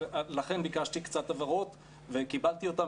ולכן ביקשתי קצת הבהרות וקיבלתי אותן